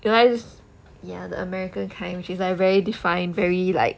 you guys ya the american kind which is like very define very like